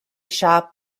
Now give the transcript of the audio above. shop